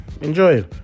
enjoy